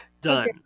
Done